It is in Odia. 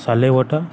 ସାଲେଭଟା